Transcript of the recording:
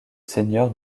seigneur